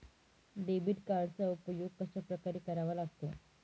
Debit कार्डचा उपयोग कशाप्रकारे करावा लागतो?